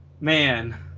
Man